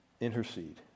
intercede